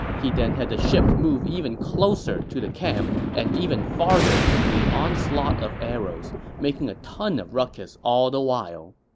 he then had the ships move even closer to the camp and even farther into the onslaught of arrows, making a ton of ruckus all the while